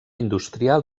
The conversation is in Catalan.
industrial